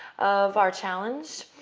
of our challenge.